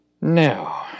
Now